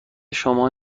شما